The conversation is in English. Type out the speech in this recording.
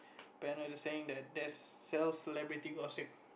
Ben are you just saying that there sells celebrity gossip